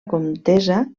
contesa